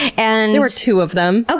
and there were two of them. ah